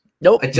Nope